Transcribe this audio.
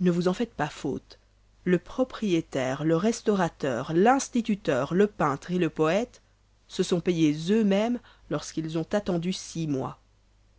ne vous en faites pas faute le propriétaire le restaurateur l'instituteur le peintre et le poëte se sont payés eux-mêmes lorsqu'ils ont attendu six mois